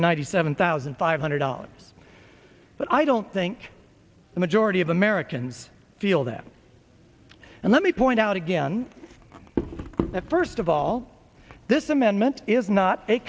ninety seven thousand five hundred dollars but i don't think the majority of americans feel that and let me point out again that first of all this amendment is not a